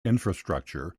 infrastructure